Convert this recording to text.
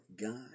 God